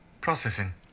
Processing